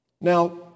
now